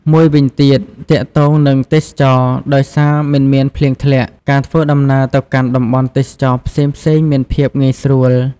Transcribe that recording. មួយវិញទៀត ទាក់ទងនិងទេសចរណ៍ ដោយសារមិនមានភ្លៀងធ្លាក់ ការធ្វើដំណើរទៅកាន់តំបន់ទេសចរណ៍ផ្សេងៗមានភាពងាយស្រួល។